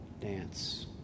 dance